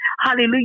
Hallelujah